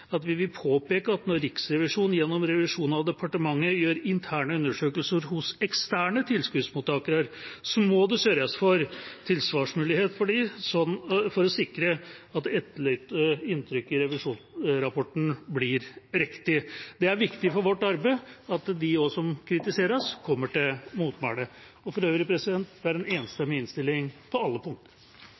påpeke at når Riksrevisjonen, gjennom revisjon av departementet, gjør interne undersøkelser hos eksterne tilskuddsmottakere, må det sørges for tilsvarsmulighet for dem, for å sikre at det etterlatte inntrykket i revisjonsrapporten blir riktig. Det er viktig for vårt arbeid at også de som kritiserer oss, får tatt til motmæle. For øvrig er det en enstemmig innstilling på alle punkter.